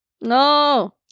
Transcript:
No